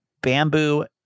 bamboo